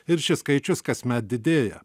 ir šis skaičius kasmet didėja